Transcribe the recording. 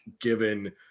given